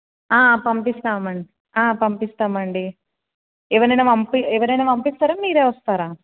పంపిస్తామండి పంపిస్తామండి ఎవరినైనా పంపి ఎవరినైనా పంపిస్తరా మీరే వస్తరా